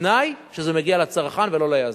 בתנאי שזה מגיע לצרכן ולא ליזם.